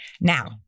Now